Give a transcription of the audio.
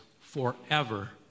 forever